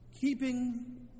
Keeping